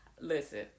Listen